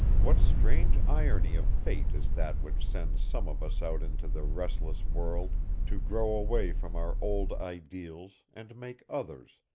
what strange irony of fate is that which sends some of us out into the restless world to grow away from our old ideals and make others,